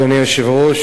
אדוני היושב-ראש,